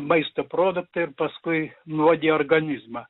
maisto produktai ir paskui nuodija organizmą